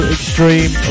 Extreme